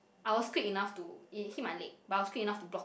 I was quick enough to it hit my leg but I was quick enough to block it with